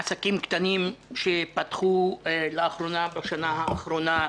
עסקים קטנים שפתחו לאחרונה, בשנה האחרונה.